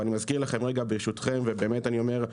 ואני מזכיר לכם רגע ברשותכם ואני אומר,